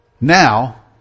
now